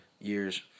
years